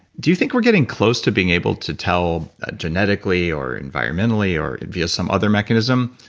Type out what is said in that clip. do you think we're getting close to being able to tell genetically or environmentally or via some other mechanism,